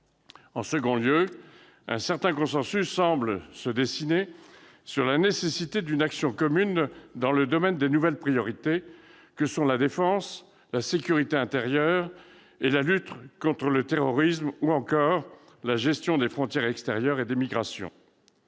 Par ailleurs, un certain consensus semble se dessiner sur la nécessité d'une action commune dans le domaine des « nouvelles priorités » que sont la défense, la sécurité intérieure et la lutte contre le terrorisme ou encore la gestion des frontières extérieures et des migrations.